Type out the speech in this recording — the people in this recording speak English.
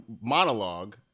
monologue